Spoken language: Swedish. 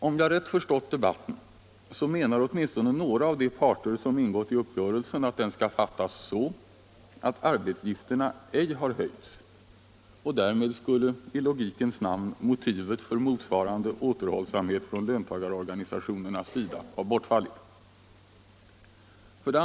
Om jag rätt förstått debatten så menar åtminstone några av de parter som ingått i uppgörelsen att den skall fattas så, att arbetsgivaravgifterna ej har höjts och därmed i logikens namn motivet för motsvarande återhållsamhet från löntagarorganisationernas sida har bortfallit.